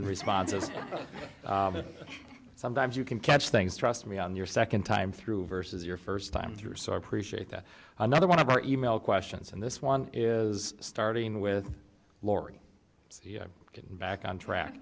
and responses that sometimes you can catch things trust me on your second time through versus your first time through so i appreciate that another one of our e mail questions and this one is starting with laurie getting back on track